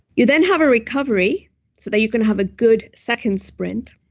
you then have a recovery so that you can have a good second sprint,